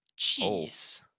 Jeez